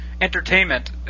entertainment